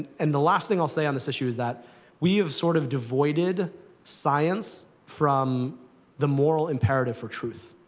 and the last thing i'll say on this issue is that we have sort of devoided science from the moral imperative for truth.